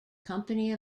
company